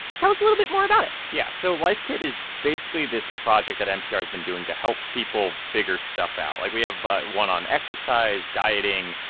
tell us a little bit more about it yeah. so life kit is basically this project that npr has been doing to help people figure stuff out. like, we have one on exercise, dieting,